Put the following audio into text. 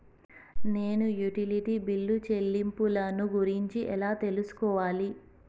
నేను utility bill చెల్లింపులను గురించి ఎలా తెలుసుకోవాలి?